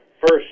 first